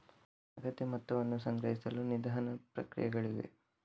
ಅಗತ್ಯ ಮೊತ್ತವನ್ನು ಸಂಗ್ರಹಿಸಲು ನಿಧಾನ ಪ್ರಕ್ರಿಯೆಗಳಿವೆ